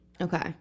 Okay